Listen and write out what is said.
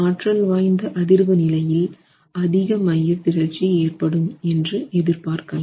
ஆற்றல் வாய்ந்த அதிர்வு நிலையில் அதிக மையப்பிறழ்ச்சி ஏற்படும் என்று எதிர்பார்க்கலாம்